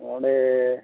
ᱚᱸᱰᱮ